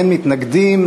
אין מתנגדים.